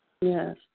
Yes